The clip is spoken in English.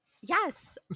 yes